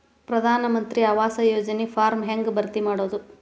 ಪ್ರಧಾನ ಮಂತ್ರಿ ಆವಾಸ್ ಯೋಜನಿ ಫಾರ್ಮ್ ಹೆಂಗ್ ಭರ್ತಿ ಮಾಡೋದು?